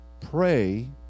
pray